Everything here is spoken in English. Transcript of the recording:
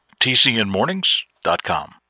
TCNmornings.com